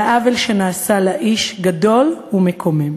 והעוול שנעשה לאיש גדול ומקומם.